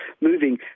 moving